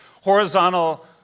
horizontal